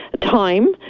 time